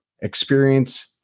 experience